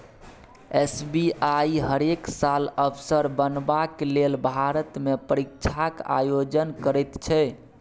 SBI हरेक साल अफसर बनबाक लेल भारतमे परीक्षाक आयोजन करैत छै